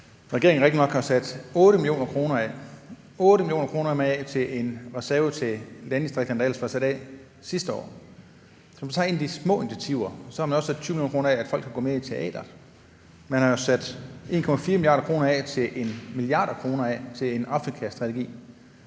rigtigt nok har sat 8 mio. kr. af til en reserve til landdistrikterne, der ellers var sat af sidste år. Hvis vi ser på et af de små initiativer, har man også sat 20 mio. kr. af til, at folk kan gå mere i teateret. Man har også sat 1,4 mia. kr. af til en Afrikastrategi.